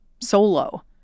solo